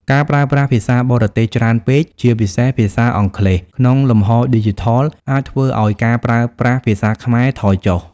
ការប្រើប្រាស់ភាសាបរទេសច្រើនពេក ជាពិសេសភាសាអង់គ្លេស ក្នុងលំហឌីជីថល អាចធ្វើឱ្យការប្រើប្រាស់ភាសាខ្មែរថយចុះ។